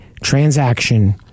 transaction